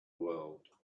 world